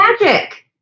magic